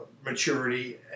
Maturity